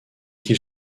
qu’il